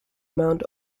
mount